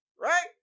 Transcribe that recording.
right